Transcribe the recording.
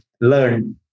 Learn